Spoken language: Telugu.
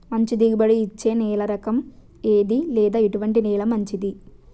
మంచి దిగుబడి ఇచ్చే నేల రకం ఏది లేదా ఎటువంటి నేల మంచిది?